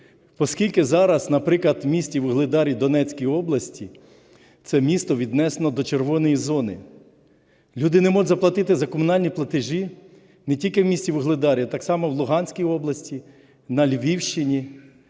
оскільки зараз, наприклад, в місті Вугледарі Донецької області – це місто віднесене до "червоної" зони. Люди не можуть заплатити за комунальні платежі, не тільки в місті Вугледарі, а так само в Луганській області, на Львівщині.